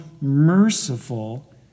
merciful